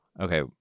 Okay